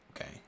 Okay